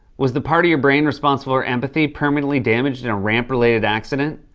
was the part of your brain responsible for empathy permanently damaged in a ramp-related accident?